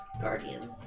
Guardians